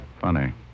funny